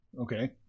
okay